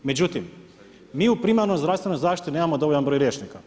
Međutim, mi u primarnoj zdravstvenoj zaštiti nemamo dovoljan broj liječnika.